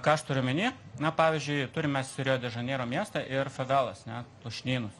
ką aš turiu omeny na pavyzdžiui turim mes rio de žaneiro miestą ir favelas ane lušnynus